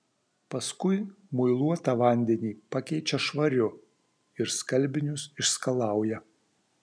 paskui muiluotą vandenį pakeičia švariu ir skalbinius išskalauja